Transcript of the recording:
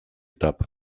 этап